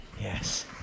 Yes